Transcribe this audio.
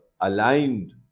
aligned